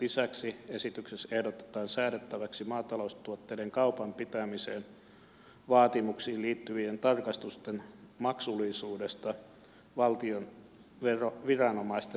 lisäksi esityksessä ehdotetaan säädettäväksi maataloustuotteiden kaupan pitämisen vaatimuksiin liittyvien tarkastusten maksullisuudesta valtion viranomaisten osalta